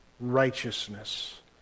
righteousness